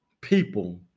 people